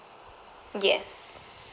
yes